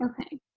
Okay